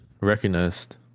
recognized